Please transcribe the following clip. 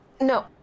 No